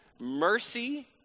mercy